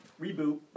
reboot